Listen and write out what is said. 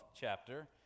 chapter